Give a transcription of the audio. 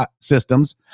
systems